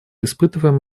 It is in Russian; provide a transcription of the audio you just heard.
испытываем